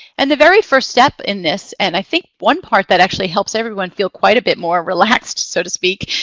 and the very first step in this, and i think one part that actually helps everyone feel quite a bit more relaxed, so to speak,